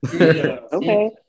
okay